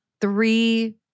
three